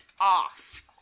off